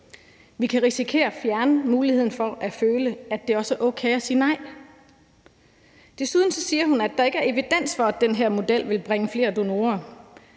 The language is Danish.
Vi kan risikere at fjerne muligheden for at føle, at det også er okay at sige nej. Desuden siger hun, at der ikke er evidens for, at den her model vil bringe flere donorer.